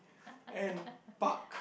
and Buck